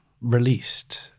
released